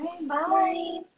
bye